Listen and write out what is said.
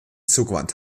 zugewandt